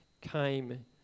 came